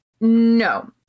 no